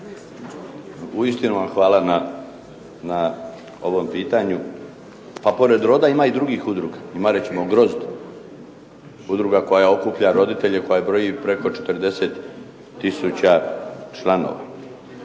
Uistinu vam hvala na ovom pitanju. Pa pored "Roda" ima i drugih udruga. Ima recimo "Grozd" udruga koja okuplja roditelje koja broji preko 40 tisuća članova.